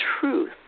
truth